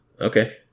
Okay